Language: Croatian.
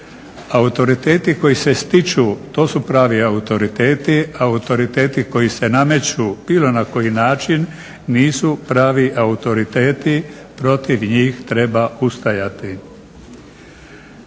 Autoriteti koji se stiču to su pravi autoriteti, a autoriteti koji se nameću na bilo koji način nisu pravi autoriteti, protiv njih treba ustajati.